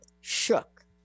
shook